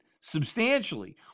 substantially